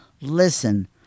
Listen